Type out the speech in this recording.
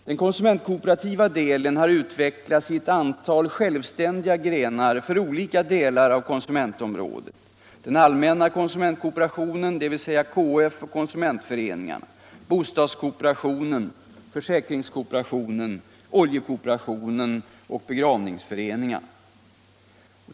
Den konsumentkooperativa delen har utvecklats i ett antal självständiga grenar för olika delar av konsumentområdet: den allmänna konsumentkooperationen, dvs. KF och konsumentföreningarna, bostadskooperationen, försäkringskooperationen, oljekooperationen och begravningsföreningarna.